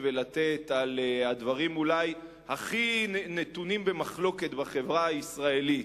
ולתת על הדברים אולי הכי נתונים במחלוקת בחברה הישראלית,